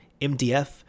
mdf